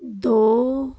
ਦੋ